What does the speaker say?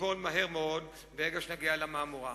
ניפול מהר מאוד ברגע שנגיע למהמורה.